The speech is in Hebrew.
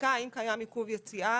הבדיקה האם קיים עיכוב יציאה,